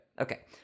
Okay